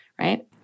right